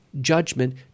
judgment